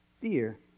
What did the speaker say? fear